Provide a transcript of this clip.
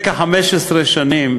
שנים,